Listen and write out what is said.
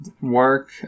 work